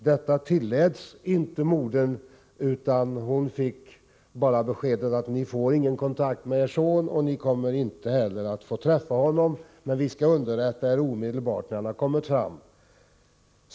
Detta tilläts inte modern, utan hon fick bara beskedet: Ni får ingen kontakt med er son, och ni kommer inte heller att få träffa honom, men vi skall underrätta er omedelbart när han har kommit fram.